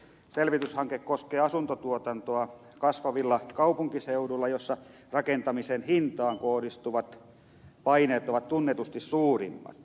selvityshanke koskee asuntotuotantoa kasvavilla kaupunkiseuduilla joilla rakentamisen hintaan kohdistuvat paineet ovat tunnetusti suurimmat